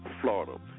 Florida